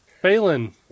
Phelan